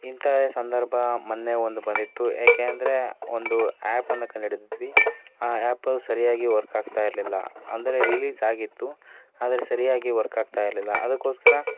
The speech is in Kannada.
ಇಂತಹ ಸಂದರ್ಭ ಮೊನ್ನೆ ಒಂದು ಬಂದಿತ್ತು ಏಕೆಂದ್ರೆ ಒಂದು ಆ್ಯಪನ್ನು ಕಂಡುಹಿಡಿದಿದ್ವಿ ಆ ಆ್ಯಪ್ ಸರಿಯಾಗಿ ವರ್ಕ್ ಆಗ್ತಾಯಿರ್ಲಿಲ್ಲ ಅಂದರೆ ರಿಲೀಸ್ ಆಗಿತ್ತು ಆದರೆ ಸರಿಯಾಗಿ ವರ್ಕ್ ಆಗ್ತಾಯಿರ್ಲಿಲ್ಲ ಅದಕ್ಕೋಸ್ಕರ